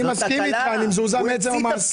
אני מזועזע מזה.